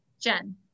Jen